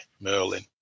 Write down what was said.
Merlin